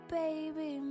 baby